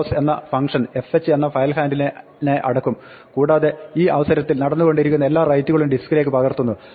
close എന്ന function fh എന്ന file ഹാൻഡിലിനെ അടയ്ക്കും കൂടാതെ ഈ അവസരത്തിൽ നടന്നുകൊണ്ടിരിക്കുന്ന എല്ലാ റൈറ്റുകളും ഡിസ്ക്കിലേക്ക് പകർത്തുന്നു